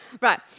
Right